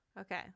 Okay